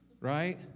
right